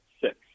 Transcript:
six